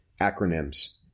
Acronyms